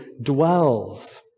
dwells